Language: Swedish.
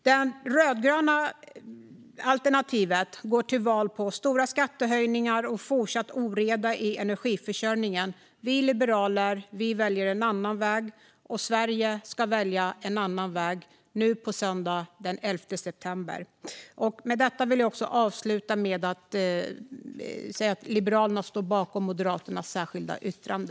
Det rödgröna alternativet går till val på stora skattehöjningar och fortsatt oreda i energiförsörjningen. Vi liberaler väljer en annan väg. Och Sverige ska välja en annan väg nu på söndag den 11 september. Avslutningsvis vill jag säga att Liberalerna står bakom Moderaternas särskilda yttrande.